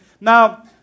Now